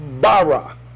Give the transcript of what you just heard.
bara